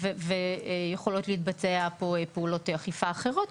ויכולות להתבצע פעולות אכיפה אחרות.